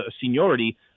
seniority